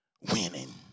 winning